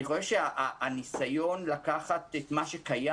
אני חושב שהניסיון לקחת את מה שקיים